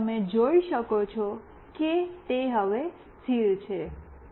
અને તમે જોઈ શકો છો કે તે હવે સ્થિર છે